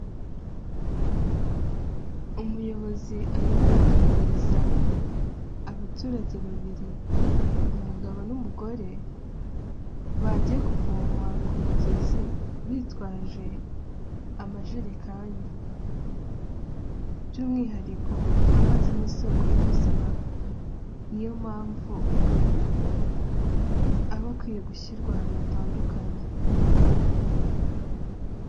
Umuyobozi arimo araganiriza abaturage babiri umugabo, n'umugore bagiye kuvoma ku mugezi bitwaje amajerekani by'umwihariko amazi n'isoko y'ubuzima niyo mpamvu abakwiye gushirwa ahantu hatandukanye.